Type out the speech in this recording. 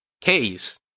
case